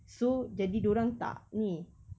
so jadi dia orang tak ni